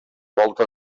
volta